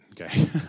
Okay